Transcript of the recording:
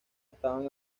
estaban